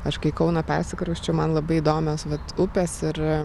aš kai į kauną persikrausčiau man labai įdomios vat upės ir